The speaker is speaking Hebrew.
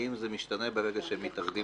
האם זה משתנה ברגע שהם מתאחדים